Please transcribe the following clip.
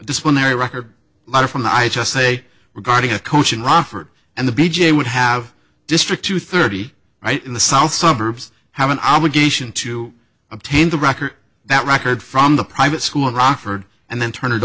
disciplinary record letter from the i just say regarding a coach in romford and the b j would have district to thirty right in the south suburbs have an obligation to obtain the record that record from the private school in rockford and then turn it